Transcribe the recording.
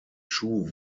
chu